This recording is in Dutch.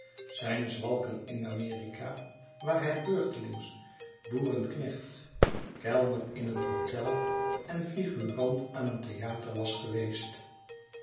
zijn zwalken in amerika waar hij beurtelings boerenknecht kellner in een hotel en figurant aan een theâter was geweest